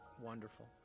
wonderful